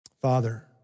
Father